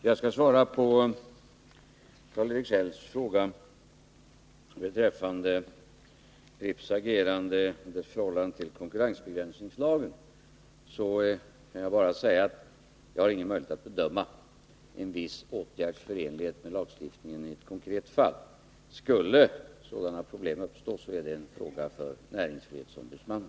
Herr talman! På Karl-Erik Hälls fråga beträffande Pripps agerande i förhållande till konkurrensbegränsningslagen kan jag bara svara att jag inte har någon möjlighet att bedöma en viss åtgärds förenlighet med lagstiftningen i ett konkret fall. Skulle problem i det sammanhanget uppstå, blir det en fråga för näringsfrihetsombudsmannen.